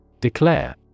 Declare